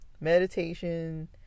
meditation